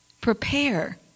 Prepare